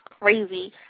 crazy